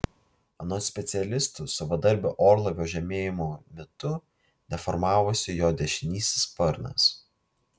anot specialistų savadarbio orlaivio žemėjimo metu deformavosi jo dešinysis sparnas